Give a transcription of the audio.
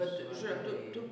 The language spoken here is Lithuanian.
bet žiūrėk tu tu